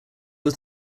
was